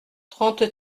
trente